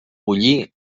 bullir